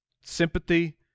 sympathy